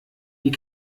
wie